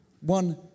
One